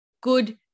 Good